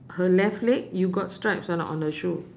her left leg you got stripes or not on her shoe